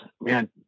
man